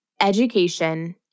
education